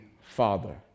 father